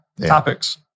topics